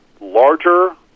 larger